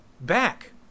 back